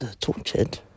tortured